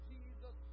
Jesus